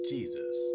Jesus